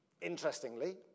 interestingly